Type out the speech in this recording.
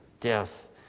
death